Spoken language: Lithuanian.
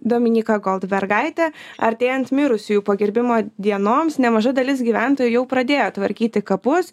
dominyka goldbergaitė artėjant mirusiųjų pagerbimo dienoms nemaža dalis gyventojų jau pradėjo tvarkyti kapus